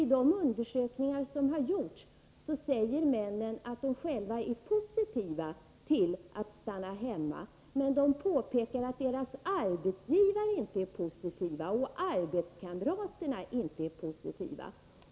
I de undersökningar som har gjorts säger nämligen män att de själva är positiva till att stanna hemma men påpekar att deras arbetsgivare och arbetskamrater inte är positiva.